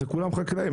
זה כולם חקלאים,